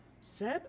Seb